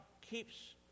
keeps